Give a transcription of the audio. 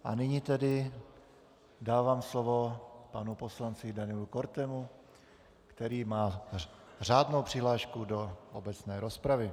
A nyní dávám slovo panu poslanci Danielu Kortemu, který má řádnou přihlášku do obecné rozpravy.